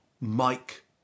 Mike